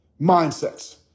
mindsets